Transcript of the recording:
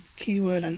keyword, and